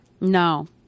No